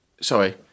Sorry